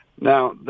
Now